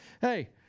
Hey